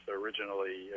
originally